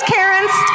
Karen's